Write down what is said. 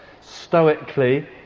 stoically